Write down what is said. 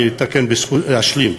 אני אשלים.